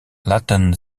laten